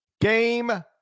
Game